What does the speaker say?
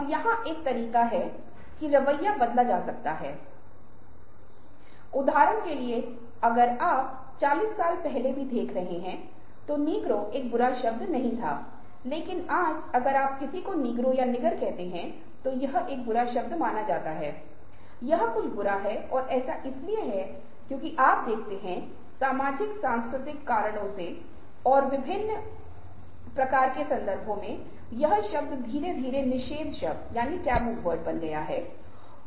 तो ये कुछ तरीके हैं जिनके द्वारा हम अपनी भावनात्मक बुद्धिमत्ता को बढ़ा सकते हैं और याद रख सकते हैं जो कुछ भी हम करते हैं मस्तिष्क में एक तंत्र है और यहाँ मस्तिष्क तंत्र लिम्बिक सिस्टम में एक छोटा सा हिस्सा है जिसे हम एमीगडाला कहते हैं